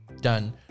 Done